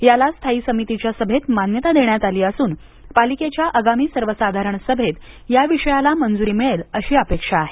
याला स्थायी समितीच्या सभेत मान्यता देण्यात आली असुन पालीकेच्या आगामी सर्वसाधरण सभेत या विषयाला मंज्री मिळेल अशी अपेक्षा आहे